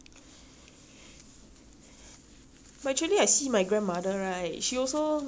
but actually I see my grandmother right she also nothing one leh 还是这样瘦廋高高的